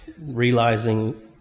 realizing